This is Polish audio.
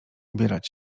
ubierać